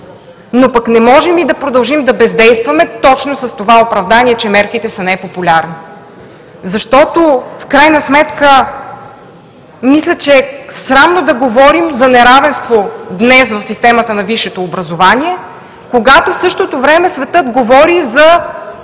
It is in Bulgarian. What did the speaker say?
Не можем обаче да продължим да бездействаме точно с оправданието, че мерките са непопулярни. В крайна сметка мисля, че днес е срамно да говорим за неравенство в системата на висшето образование, когато в същото време светът говори за